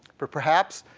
but perhaps,